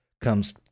comes